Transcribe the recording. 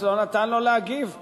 ולא אמנה את כל יתר זכויותיו הרבות,